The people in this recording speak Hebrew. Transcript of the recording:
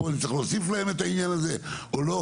פה אני צריך להוסיף להם את העניין הזה או לא?